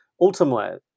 ultimately